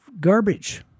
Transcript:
garbage